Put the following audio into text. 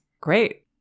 great